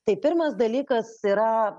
tai pirmas dalykas yra